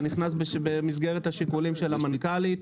זה נכנס במסגרת השיקולים של המנכ"לית.